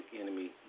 enemy